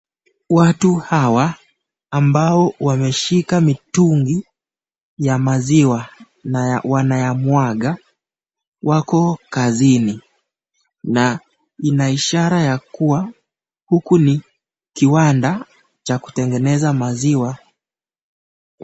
Watu hawa ambao wameshika mitungi ya maziwa na wanayamwaga wako kazini na ina ishara ya kuwa huku ni kiwanda cha kutengeneza maziwa.